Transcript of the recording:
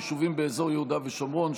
יישובים באזור יהודה ושומרון),